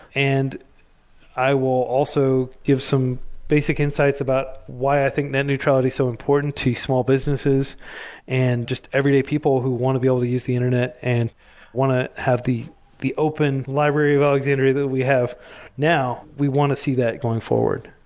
and i will also give some basic insights about why i think net neutrality is so important to small businesses and just everyday people who want to be able to use the internet and want to have the the open library of alexandria that we have now. we want to see that going forward.